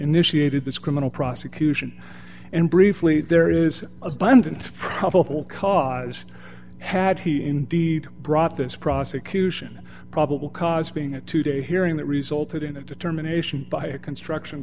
initiated this criminal prosecution and briefly there is abundant probable cause had he indeed brought this prosecution probable cause being a two day hearing that resulted in a determination by a construction